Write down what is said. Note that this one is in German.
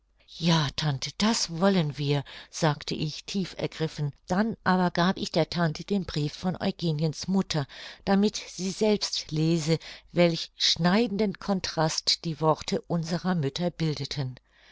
ja tante das wollen wir sagte ich tief ergriffen dann aber gab ich der tante den brief von eugeniens mutter damit sie selbst lese welch schneidenden contrast die worte unserer mütter bildeten